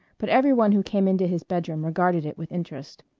but every one who came into his bedroom regarded it with interest.